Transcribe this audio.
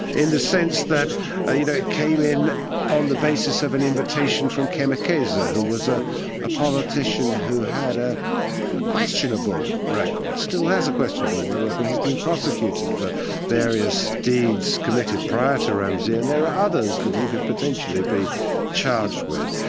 in the sense that ah you know it came in on the basis of an invitation from kemakeza who was ah a politician who had ah a questionable record, still has a questionable record, he's been prosecuted for various deeds committed prior to ramsi and there are others that he could potentially be charged with.